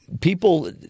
people –